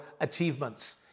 achievements